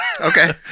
Okay